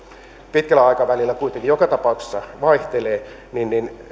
pitkällä aikavälillä kuitenkin joka tapauksessa vaihtelevat niin niin